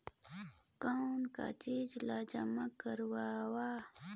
कौन का चीज ला जमा करवाओ?